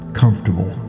comfortable